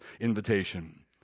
invitation